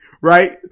right